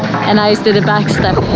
and i stood at back step.